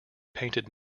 painted